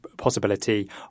possibility